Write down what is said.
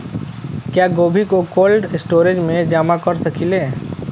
क्या गोभी को कोल्ड स्टोरेज में जमा कर सकिले?